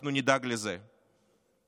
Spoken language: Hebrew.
אנחנו נדאג לזה בכנסת,